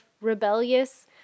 rebellious